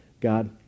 God